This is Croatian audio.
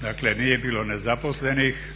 Dakle nije bilo nezaposlenih,